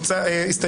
הצבעה לא אושרו.